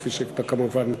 כפי שאתה כמובן יודע.